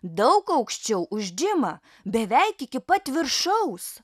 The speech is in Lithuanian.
daug aukščiau už džimą beveik iki pat viršaus